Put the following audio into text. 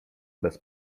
bez